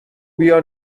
بیا